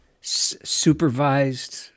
supervised